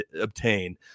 obtain